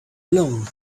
alone